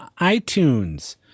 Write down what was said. iTunes